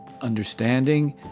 understanding